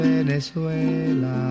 Venezuela